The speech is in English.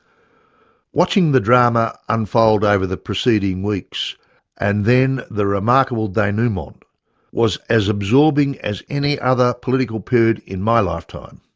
watching the drama unfold over the preceding weeks and then the remarkable denouement was as absorbing as any other political period in my lifetime.